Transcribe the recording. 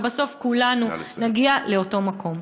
ובסוף כולנו נגיע לאותו מקום.